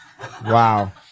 Wow